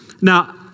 Now